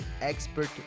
Expert